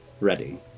ready